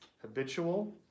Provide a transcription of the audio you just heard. Habitual